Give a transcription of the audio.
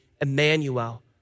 Emmanuel